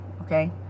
okay